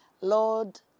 Lord